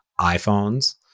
iPhones